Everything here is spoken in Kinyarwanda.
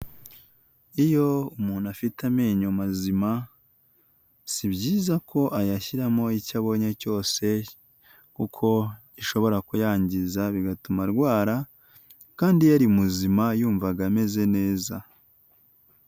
Iyo umuntu afite amenyo mazima, si byiza ko ayashyiramo icyo abonye cyose kuko ishobora kuyangiza bigatuma arwara kandi yari muzima yumvaga ameze neza.